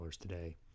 today